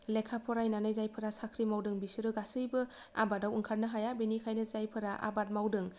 लेखा फरायनानै जायफोरा साख्रि मावदों बिसोरो गासैबो आबादाव ओंखारनो हाया बेनिखायनो जायफोरा आबाद मावदों